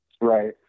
Right